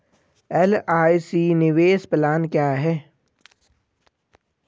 LIC निवेश plan क्या है?